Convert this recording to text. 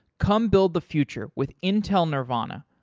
come build the future with intel nervana.